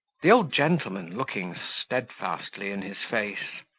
the old gentleman, looking steadfastly in his face,